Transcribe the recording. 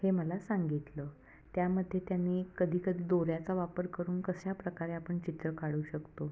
हे मला सांगितलं त्यामध्ये त्यांनी कधीकधी दोऱ्याचा वापर करून कशा प्रकारे आपण चित्र काढू शकतो